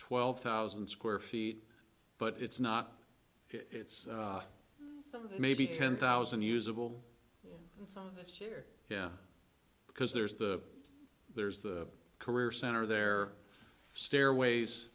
twelve thousand square feet but it's not it's maybe ten thousand usable this year yeah because there's the there's the career center there stairways